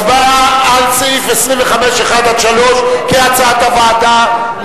הצבעה על סעיף 25(1) עד 25(3), כהצעת הוועדה.